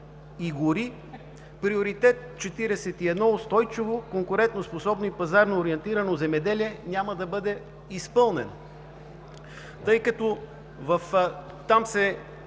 и гори“, приоритет 41 „Устойчиво, конкурентноспособно и пазарноориентирано земеделие“ няма да бъде изпълнена, тъй като там се